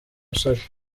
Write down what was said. musore